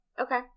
Okay